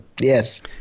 Yes